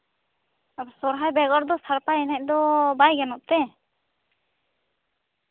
ᱥᱚᱨᱦᱟᱭ ᱵᱮᱜᱚᱨᱛᱮ ᱥᱟᱲᱯᱟ ᱮᱱᱮᱡ ᱫᱚ ᱵᱟᱭ ᱜᱟᱱᱚᱜ ᱛᱮ